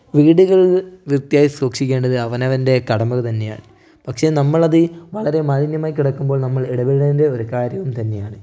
വീടുകൾ വൃത്തിയായി സൂക്ഷിക്കേണ്ടത് അവനവൻ്റെ കടമകൾ തന്നെയാണ് പക്ഷെ നമ്മളത് വളരെ മലിനമായി കിടക്കുമ്പോൾ നമ്മൾ ഇടപെടേണ്ട ഒരു കാര്യവും തന്നെയാണ്